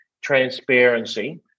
transparency